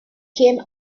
came